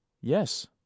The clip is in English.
Yes